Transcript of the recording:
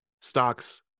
stocks